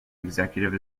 executive